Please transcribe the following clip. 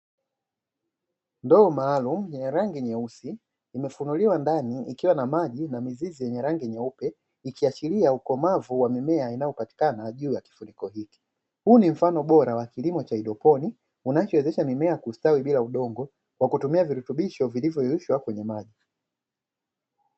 Ndoo maalumu ya rangi nyeusi, imefunuliwa ndani ikiwa na maji na mizizi yenye rangi nyeupe ikiashiria ukomavu wa mimea inayopatikana juu ya kifuniko hiki. Huu ni mfano bora wa kilimo cha haidroponi unachowezesha mimea kustawi bila udongo kwa kutumia virutubisho vilivyoyeyushwa kwenye maji.